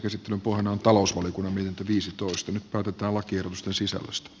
käsittelyn pohjana on talousvaliokunnan mietintö